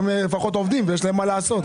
הם לפחות עובדים ויש להם מה לעשות,